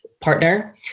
partner